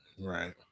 Right